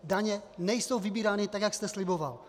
Daně nejsou vybírány tak, jak jste sliboval.